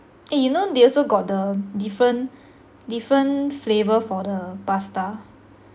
eh you know they also got the different different flavour for the pasta